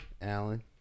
Alan